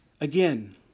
again